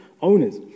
owners